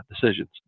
decisions